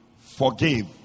forgive